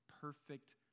perfect